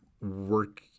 work